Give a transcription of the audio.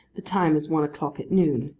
the time is one o'clock at noon.